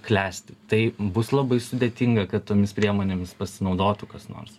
klesti tai bus labai sudėtinga kad tomis priemonėmis pasinaudotų kas nors